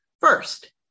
First